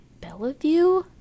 Bellevue